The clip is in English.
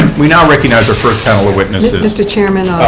we now recognize our first panel of witnesses. mr. chairman?